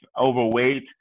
overweight